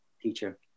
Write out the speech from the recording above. teacher